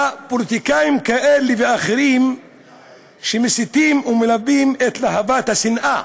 לפוליטיקאים כאלה ואחרים שמסיתים ומלבים את להבת השנאה,